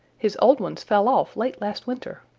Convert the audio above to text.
his old ones fell off late last winter.